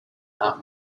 not